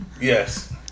Yes